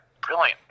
Brilliant